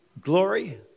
Glory